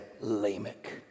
Lamech